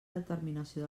determinació